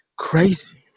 Crazy